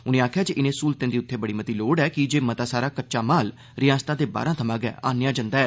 उनें आखेआ जे इनें स्हूलतें दी उत्थे बड़ी मती लोड़ ऐ कीजे मता सारा कच्चा माल रिआसता दे बाह्रा थमां गै आह्ननेआ जंदा ऐ